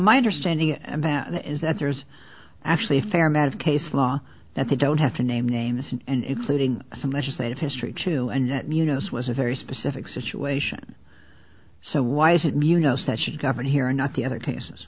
my understanding is that there's actually a fair amount of case law that they don't have to name names and including some legislative history to and you know this was a very specific situation so why is it you know said should govern here and not the other cases